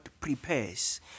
prepares